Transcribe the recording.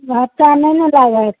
घाटा नहि ने लागत